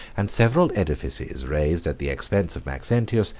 and several edifices, raised at the expense of maxentius,